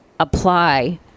apply